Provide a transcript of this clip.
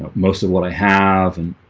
but most of what i have and